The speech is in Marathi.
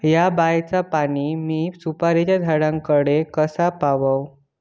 हया बायचा पाणी मी सुपारीच्या झाडान कडे कसा पावाव?